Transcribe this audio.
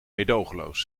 meedogenloos